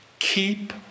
Keep